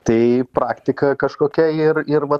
tai praktika kažkokia ir ir va